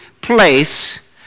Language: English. place